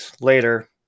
later